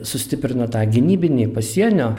sustiprino tą gynybinį pasienio